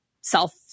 self